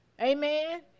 Amen